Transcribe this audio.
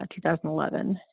2011